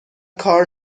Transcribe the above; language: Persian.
کار